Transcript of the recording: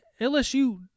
LSU